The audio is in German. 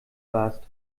warst